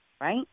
right